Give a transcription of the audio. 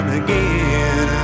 again